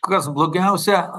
kas blogiausia